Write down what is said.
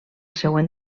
següent